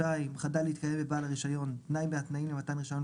2.חדל להתקיים לבעל הרישיון תנאי מהתנאים למתן הרישיון,